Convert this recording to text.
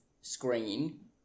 screen